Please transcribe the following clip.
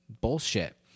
Bullshit